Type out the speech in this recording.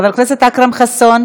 חבר הכנסת אכרם חסון?